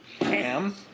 Ham